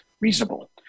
reasonable